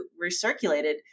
recirculated